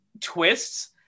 twists